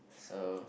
so